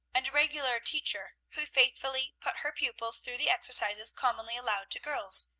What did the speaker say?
and a regular teacher, who faithfully put her pupils through the exercises commonly allowed to girls.